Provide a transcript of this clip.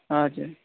हजुर